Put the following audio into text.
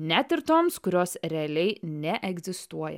net ir toms kurios realiai neegzistuoja